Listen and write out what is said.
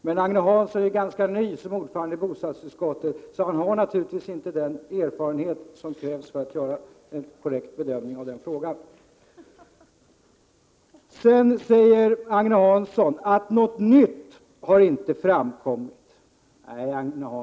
Men Agne Hansson är ju ganska ny som ordförande i bostadsutskottet, så han har naturligtvis inte den erfarenhet som krävs för att göra en korrekt bedömning av den frågan. Sedan säger Agne Hansson att något nytt inte har framkommit.